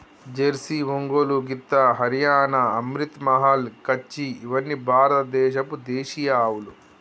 Jersey, Ongole గిత్త, హరియాణా, అమ్రిత్ మహల్, కచ్చి ఇవ్వని భారత దేశపు దేశీయ ఆవులు